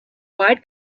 wide